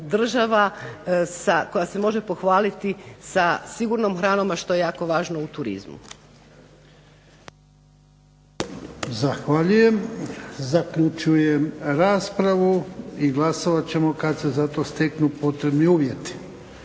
koja se može pohvaliti sa sigurnom hranom, a što je jako važno u turizmu. **Jarnjak, Ivan (HDZ)** Zahvaljujem. Zaključujem raspravu. Glasovat ćemo kada se za to steknu potrebni uvjeti.